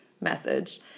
message